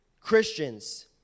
Christians